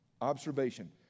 Observation